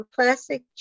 classic